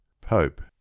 Pope